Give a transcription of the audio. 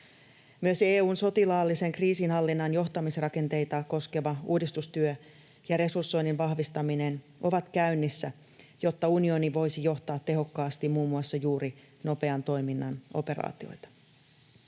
Myös EU:n sotilaallisen kriisinhallinnan johtamisrakenteita koskeva uudistustyö ja resursoinnin vahvistaminen ovat käynnissä, jotta unioni voisi johtaa tehokkaasti muun muassa juuri nopean toiminnan operaatioita.